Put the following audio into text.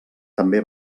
també